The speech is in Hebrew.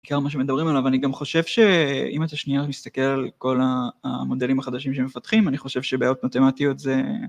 מה שמדברים עליו אני גם חושב שאם אתה שנייה מסתכל על כל המודלים החדשים שמפתחים אני חושב שבעיות מתמטיות זה